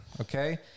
Okay